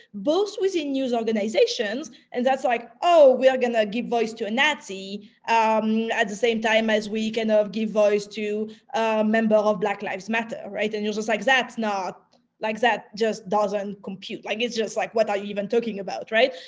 both within news organizations, and that's like, oh, we are going to give voice to a nazi um at the same time as we kind and of give voice to a member of black lives matter. right? and you're just like that's not like that just doesn't compute. like it's just like, what are you even talking about? right.